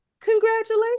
congratulations